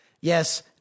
Yes